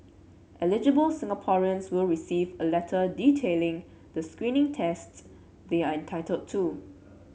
eligible Singaporeans will receive a letter detailing the screening tests they are entitled to